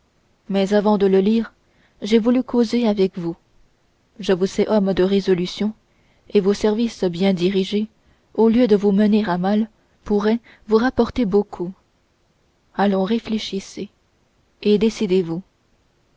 mais avant de le lire j'ai voulu causer avec vous je vous sais homme de résolution et vos services bien dirigés au lieu de vous mener à mal pourraient vous rapporter beaucoup allons réfléchissez et décidez-vous